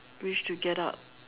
we should get out